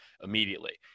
immediately